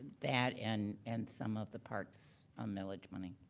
that and and some of the park's ah millage money.